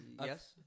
Yes